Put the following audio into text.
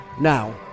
now